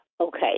okay